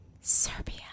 Serbia